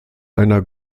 einer